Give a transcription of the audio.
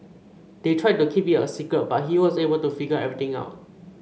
they tried to keep it a secret but he was able to figure everything out